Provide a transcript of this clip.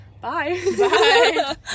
bye